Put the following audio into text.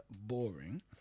boring